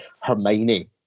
Hermione